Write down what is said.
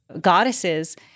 goddesses